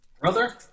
brother